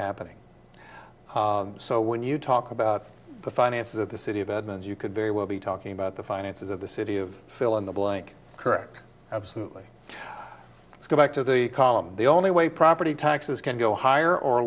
happening so when you talk about the finances of the city of edmond you could very well be talking about the finances of the city of fill in the blank correct absolutely let's go back to the column the only way property taxes can go higher or